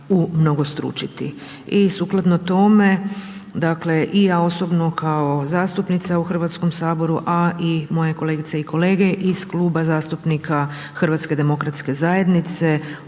umnogostručiti. I sukladno tome, dakle i ja osobno kao zastupnica u Hrvatskom saboru a i moje kolegice i kolege iz Kluba zastupnika HDZ-a, ovaj prijedlog